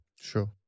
Sure